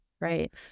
right